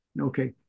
okay